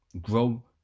Grow